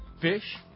Fish